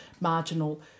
marginal